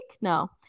No